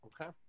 Okay